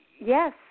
Yes